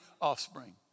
offspring